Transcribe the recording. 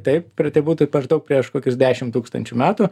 taip tai būtų prieš daug prieš kokius dešim tūkstančių metų